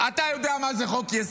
אתה יודע מה זה חוק-יסוד?